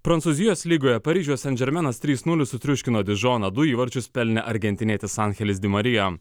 prancūzijos lygoje paryžiaus andžermenas trys nulis sutriuškino dižoną du įvarčius pelnė argentinietis sanhelis di marija